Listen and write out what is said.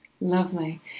Lovely